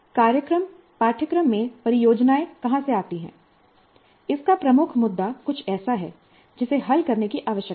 कार्यक्रम पाठ्यक्रम में परियोजनाएं कहां से आती हैं इसका प्रमुख मुद्दा कुछ ऐसा है जिसे हल करने की आवश्यकता है